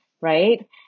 Right